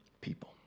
people